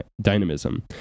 dynamism